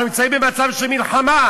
אנחנו נמצאים במצב של מלחמה.